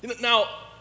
Now